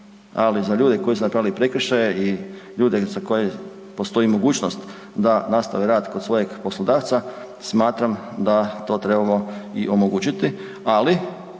ali za ljude koji su napravili prekršaje i ljude za koje postoji mogućnost da nastave rad kod svojeg poslodavca smatram da to trebamo i omogućiti, ali